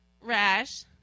rash